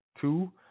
Two